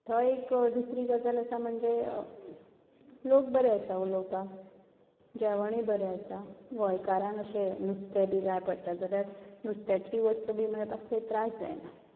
थंय एक दुसरी गजाल आसा म्हणजे लोक बरे आसा उलोवपाक जेवणूय बरें आसा गोंयकारांक अशें नुस्तें बी जाय पडटा जाल्यार नुस्त्याची वस्त बी मेळपाक थंय त्रास जायना